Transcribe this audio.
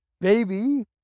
baby